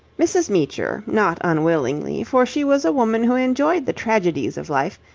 mrs. meecher, not unwillingly, for she was a woman who enjoyed the tragedies of life,